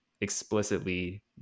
explicitly